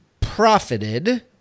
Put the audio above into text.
profited